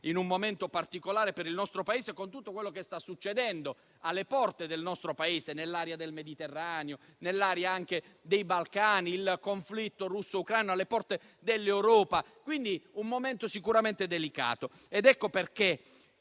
in un momento particolare per il nostro Paese, con tutto quello che sta succedendo alle porte dell'Italia, nell'area del Mediterraneo e dei Balcani, e con il conflitto russo-ucraino alle porte dell'Europa. Quindi, è un momento sicuramente delicato. Rifacendomi